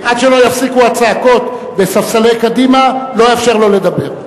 עד שלא ייפסקו הצעקות בספסלי קדימה לא אאפשר לו לדבר.